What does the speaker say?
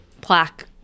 plaque